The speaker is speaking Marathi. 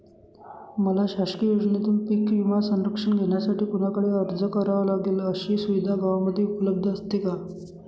मला शासकीय योजनेतून पीक विमा संरक्षण घेण्यासाठी कुणाकडे अर्ज करावा लागेल? अशी सुविधा गावामध्ये उपलब्ध असते का?